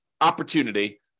opportunity